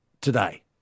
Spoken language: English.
today